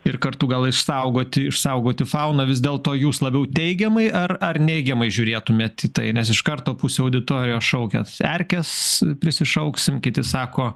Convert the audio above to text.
ir kartu gal išsaugoti išsaugoti fauną vis dėlto jūs labiau teigiamai ar ar neigiamai žiūrėtumėt tai nes iš karto pusė auditorijos šaukiat erkes prisišauksim kiti sako